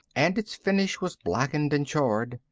and its finish was blackened and charred.